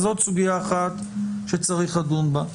זאת סוגיה אחת שצריך לדון בה.